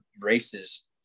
races